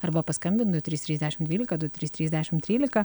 arba paskambint du trys trys dešim dvylika du trys trys dešim trylika